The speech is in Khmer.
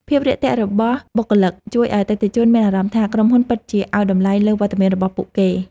ភាពរាក់ទាក់របស់បុគ្គលិកជួយឱ្យអតិថិជនមានអារម្មណ៍ថា ក្រុមហ៊ុនពិតជាឱ្យតម្លៃលើវត្តមានរបស់ពួកគេ។